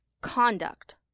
conduct